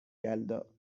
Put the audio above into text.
یلدا